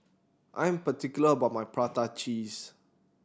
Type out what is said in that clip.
I am particular about my prata cheese